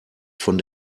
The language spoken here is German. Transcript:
von